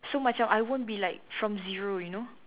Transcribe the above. so macam I won't be like from zero you know